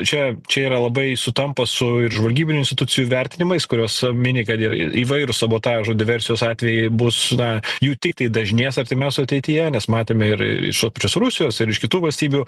čia čia yra labai sutampa su ir žvalgybinių institucijų vertinimais kurios mini kad ir įvairūs sabotažo diversijos atvejai bus na jų tiktai dažnės artimiausioj ateityje nes matėme ir iš tos pačios rusijos ir iš kitų valstybių